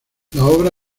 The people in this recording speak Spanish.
obra